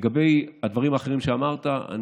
לגבי הדברים האחרים שאמרת,